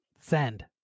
Send